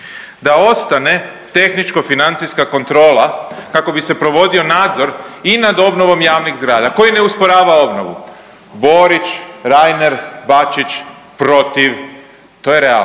da ostane tehničko-financijska kontrola kako bi se provodio nadzor i nad obnovom javnih zgrada koji ne usporava obnovu, Borić, Reiner, Bačić, protiv. To je realnost.